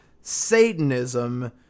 Satanism